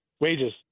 Wages